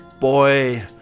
boy